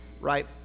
right